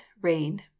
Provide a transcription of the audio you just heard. rain